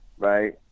right